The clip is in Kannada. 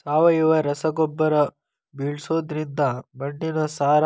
ಸಾವಯವ ರಸಗೊಬ್ಬರ ಬಳ್ಸೋದ್ರಿಂದ ಮಣ್ಣಿನ ಸಾರ